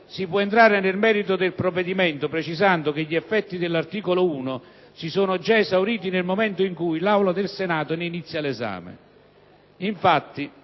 si può entrare nel merito del provvedimento, precisando che gli effetti dell'articolo 1 si sono già esauriti nel momento in cui l'Aula del Senato ne inizia l'esame.